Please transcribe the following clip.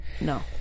no